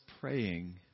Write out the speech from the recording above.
praying